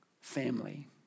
family